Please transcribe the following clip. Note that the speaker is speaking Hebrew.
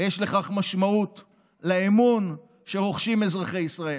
יש לכך משמעות לאמון שרוחשים אזרחי ישראל,